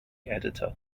editor